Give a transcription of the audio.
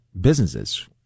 businesses